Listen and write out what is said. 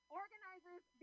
organizers